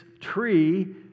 tree